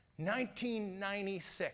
1996